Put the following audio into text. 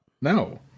No